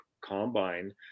combine